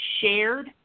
shared